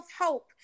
Hope